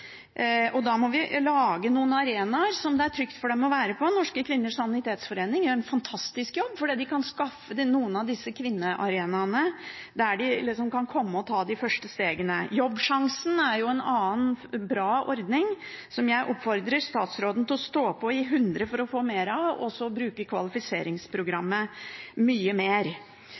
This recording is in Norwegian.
dem. Da må vi lage noen arenaer hvor det er trygt for dem å være. Norske Kvinners Sanitetsforening gjør en fantastisk jobb, for de kan skaffe noen av disse kvinnearenaene der en kan komme og ta de første stegene. Jobbsjansen er en annen bra ordning, som jeg oppfordrer statsråden til å stå på i hundre for å få mer av, og også bruke kvalifiseringsprogrammet mye mer.